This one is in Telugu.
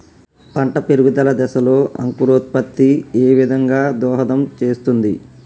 పంట పెరుగుదల దశలో అంకురోత్ఫత్తి ఏ విధంగా దోహదం చేస్తుంది?